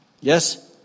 Yes